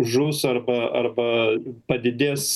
žus arba arba padidės